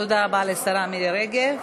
תודה רבה לשרה מירי רגב.